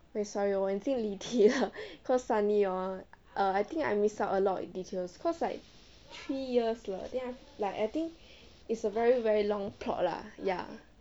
eh sorry ah 我已经离题了 cause suddenly hor I think I miss out a lot of details cause like three years leh then like I think it's a very very long lot lah ya